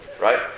Right